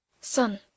Son